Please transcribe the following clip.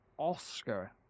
Oscar